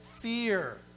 fear